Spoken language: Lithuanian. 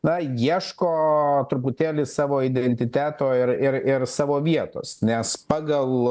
na ieško truputėlį savo identiteto ir ir ir savo vietos nes pagal